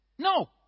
No